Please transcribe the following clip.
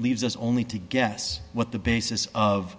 leaves us only to guess what the basis of